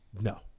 no